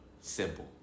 simple